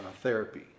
therapy